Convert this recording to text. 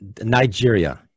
Nigeria